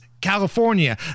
California